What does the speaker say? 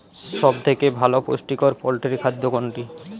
সব থেকে ভালো পুষ্টিকর পোল্ট্রী খাদ্য কোনটি?